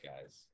guys